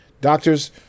Doctors